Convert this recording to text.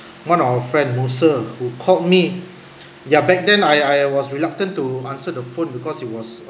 one of our friend musa who called me ya back then I I was reluctant to answer the phone because it was